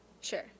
Sure